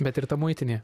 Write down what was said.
bet ir ta muitinė